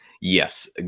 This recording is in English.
Yes